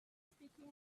speaking